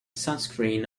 sunscreen